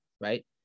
right